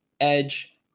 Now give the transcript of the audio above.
edge